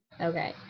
Okay